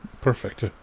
Perfect